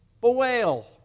bewail